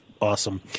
Awesome